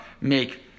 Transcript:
make